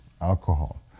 alcohol